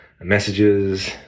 messages